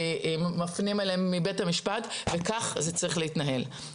מפנים אליהם מבית המשפט, וכך זה צריך להתנהל.